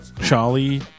Charlie